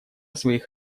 своих